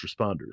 responders